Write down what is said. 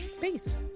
Peace